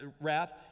wrath